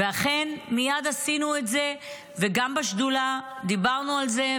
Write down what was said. ואכן מייד עשינו את זה, וגם בשדולה דיברנו על זה.